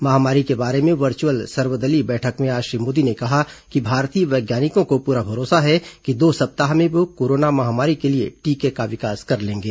महामारी के बारे में वर्च्अल सर्वदलीय बैठक में आज श्री मोदी ने कहा कि भारतीय वैज्ञानिकों को पूरा भरोसा है कि दो सप्ताह में वे कोरोना महामारी के लिए टीके का विकास कर लेंगे